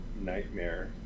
nightmare